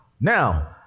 Now